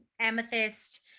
amethyst